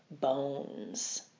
bones